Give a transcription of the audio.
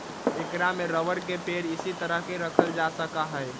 ऐकरा में रबर के पेड़ इसी तरह के रखल जा सका हई